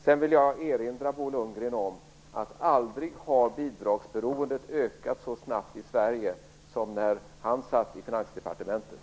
Jag vill erinra Bo Lundgren om att aldrig har bidragsberoendet ökat så snabbt i Sverige som när han satt i Finansdepartementet.